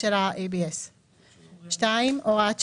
הוראת שעה.